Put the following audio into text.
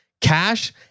cash